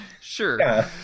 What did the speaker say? Sure